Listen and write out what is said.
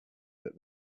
that